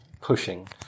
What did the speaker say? pushing